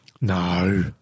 No